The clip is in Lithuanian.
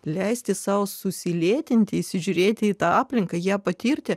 leisti sau susilėtinti įsižiūrėti į tą aplinką ją patirti